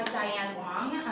diane wong.